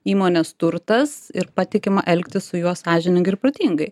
įmonės turtas ir patikima elgtis su juo sąžiningai ir protingai